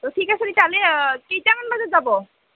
তো ঠিক আছে তেতিয়াহ'লি কেইটামান বজাত যাব